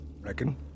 Reckon